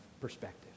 perspective